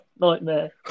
Nightmare